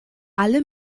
alle